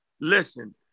listen